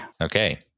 Okay